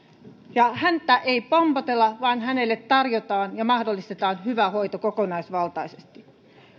ja häntä ei pompotella vaan hänelle tarjotaan ja mahdollistetaan hyvä hoito kokonaisvaltaisesti